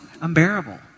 unbearable